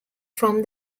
from